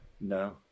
No